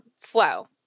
flow